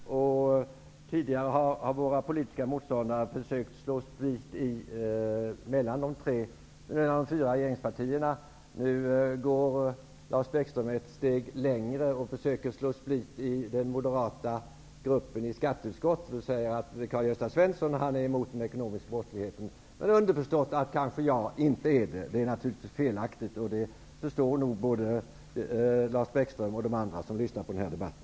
Herr talman! Man kan fråga sig vad Vänsterpartiet gjorde för att avhjälpa polisbristen, när man hela tiden röstade med Socialdemokraterna. Beträffande den ekonomiska brottsligheten vet ju Lars Bäckström att justitieministern och skatteministern har lagt fram en rapport om hur de anser att denna bekämpning skall gå till. Våra politiska motståndare har tidigare försökt att så split mellan de fyra regeringspartierna. Lars Bäckström går nu ett steg längre och försöker så split i den moderata gruppen i skatteutskottet. Han säger att Karl-Gösta Svenson är emot den ekonomiska brottsligheten medan jag -- underförstått -- inte är det. Det är naturligtvis felaktigt, och det förstår nog både Lars Bäckström och övriga som lyssnar till den här debatten.